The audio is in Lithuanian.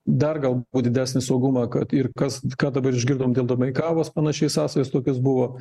dar galbūt didesnį saugumą kad ir kas ką dabar išgirdom dėl domeikavos panašiai sąsajos tokios buvo